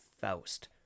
Faust